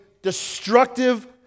destructive